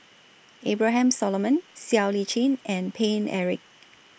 Abraham Solomon Siow Lee Chin and Paine Eric